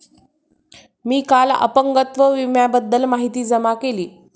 मी काल अपंगत्व विम्याबद्दल माहिती जमा केली